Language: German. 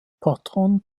patron